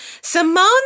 Simone